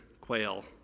quail